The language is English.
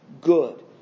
good